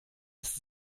ist